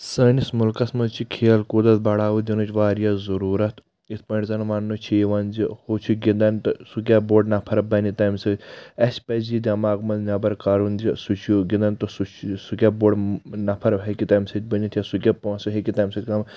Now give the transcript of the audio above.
سٲنِس ملکس منٛز چھِ کھیل کودس بڑاوٕ دِنٕچ واریاہ ضروٗرت یِتھ پٲٹھۍ زَن وننہٕ چھُ یِوان زِ ہُہ چھُ گنٛدان سُہ کیاہ بوٚڑ نفر بنہِ تمہٕ سۭتۍ اسۍ پزِ یہِ دٮ۪ماغ منٛز نٮ۪بر کڑُن زِ سُہ چھُ گِندان تہٕ سُہ کیاہ بوٚڑ نفر ہیٚکہِ تمہِ سۭتۍ بٔنِتھ یا سُہ کیاہ پونٛسہِ ہیٚکہِ تمہِ سۭتۍ کمٲ